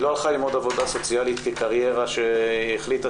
היא לא הלכה ללמוד עבודה סוציאלית כקריירה שהיא החליטה